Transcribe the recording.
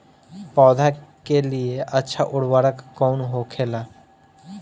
पौधा के लिए अच्छा उर्वरक कउन होखेला?